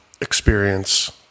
experience